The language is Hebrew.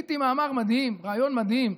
ראיתי מאמר מדהים, רעיון מדהים,